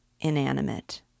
inanimate